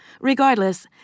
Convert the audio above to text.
Regardless